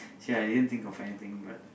say I didn't think of anything but